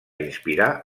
inspirar